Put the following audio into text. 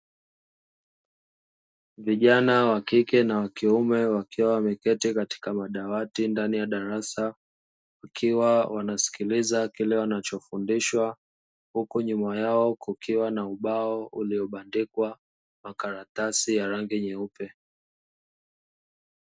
Vijana wa kike na wa kiume wakiwa wameketi katika madawati ndani ya darasa, wakiwa wanasikiliza kile wanachofundishwa, huku nyuma yao kukiwa na ubao uliobandikwa makaratasi ya rangi nyeupe.